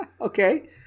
Okay